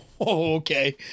Okay